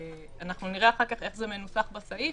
אנחנו נראה אחר כך איך זה מנוסח בסעיף,